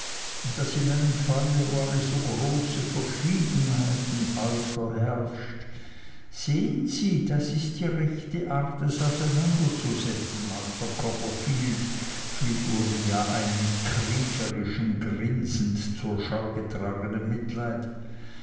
daß in einem falle wo eine so große verschiedenheit im alter herrscht sehen sie das ist die rechte art es auseinanderzusetzen master copperfield fiel uriah ein mit kriecherischem grinsend zur schau getragnem mitleid